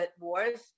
wars